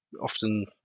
often